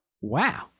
wow